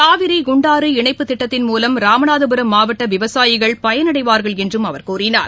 காவிரி குண்டாறு இணைப்புத் திட்டத்தின் மூலம் ராமநாதபுரம் மாவட்ட விவசாயிகள் பயனடைவார்கள் என்றும் அவர் கூறினார்